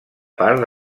part